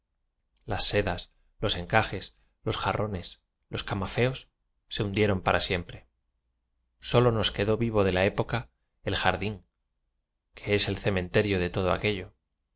las se das los encajes los jarrones los cama feos se hundieron para siempre solo nos quedó vivo de la época el jardín que es el cementerio de todo aquello